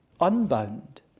unbound